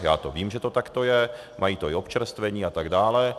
Já to vím, že to takto je, mají to i občerstvení atd.